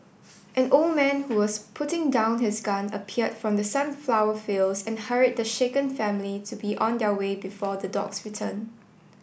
an old man who was putting down his gun appeared from the sunflower fields and hurried the shaken family to be on their way before the dogs return